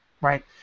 Right